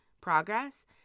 progress